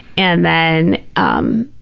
and then um